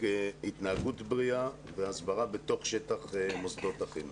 התנהגות בריאה והסברה בתוך שטיח מוסדות החינוך.